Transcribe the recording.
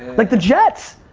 like the jets,